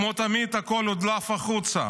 כמו תמיד הכול הודלף החוצה,